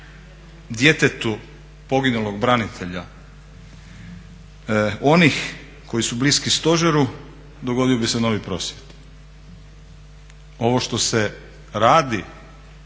djetetu poginulog branitelja onih koji su bliski stožeru dogodio bi se novi prosvjed. Ovo što se radi